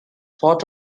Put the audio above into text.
fought